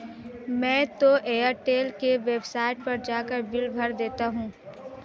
मैं तो एयरटेल के वेबसाइट पर जाकर बिल भर देता हूं